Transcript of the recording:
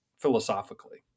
philosophically